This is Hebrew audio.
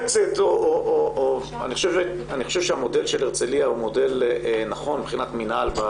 אני חושב שהמודל של הרצליה נכון מבחינת מינהל.